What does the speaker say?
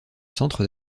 centre